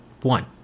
One